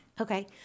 Okay